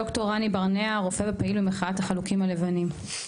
ד"ר רמי ברנע רופא ופעיל במחאת החלוקים הלבנים.